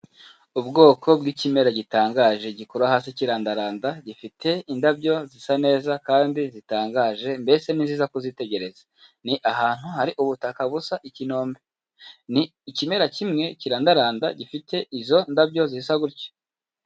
Ubwoko bw'ikimera gitangaje gikura hasi kirandaranda, gifite indabyo zisa neza kandi zitangaje mbese ni nziza kuzitegereza, ni ahantu hari ubutaka busa ikinombe, ni ikimera kimwe kirandaranda gifite izo ndabyo zisa gutyo.